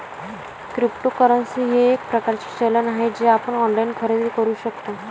cryptocurrency हे एक प्रकारचे चलन आहे जे आपण ऑनलाइन खरेदी करू शकता